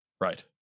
Right